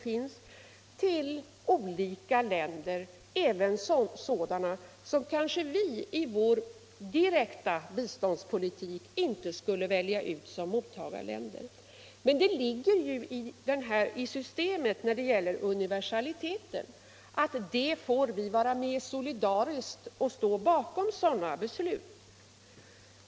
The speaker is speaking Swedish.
Jag tänker här t.ex. på UNDP, alltså FN:s utvecklingsprogram, inom vars ram kapitalfonden finns. Och då ligger det i systemets universalitet att vi får vara med och ställa oss solidariska bakom sådana beslut.